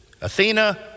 Athena